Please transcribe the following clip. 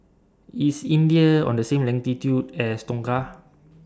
IS India on The same latitude as Tonga